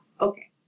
Okay